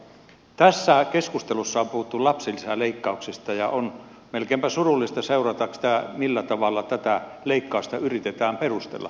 tässä keskustelussa on puhuttu lapsilisäleikkauksista ja on melkeinpä surullista seurata sitä millä tavalla tätä leikkausta yritetään perustella